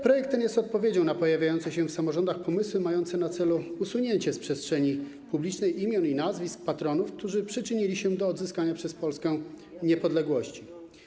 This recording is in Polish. Projekt ten jest odpowiedzią na pojawiające się w samorządach pomysły mające na celu usunięcie z przestrzeni publicznej imion i nazwisk patronów, którzy przyczynili się do odzyskania przez Polskę niepodległości.